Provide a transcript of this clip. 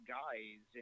guys